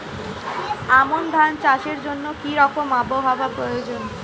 আমন ধান চাষের জন্য কি রকম আবহাওয়া প্রয়োজন?